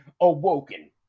awoken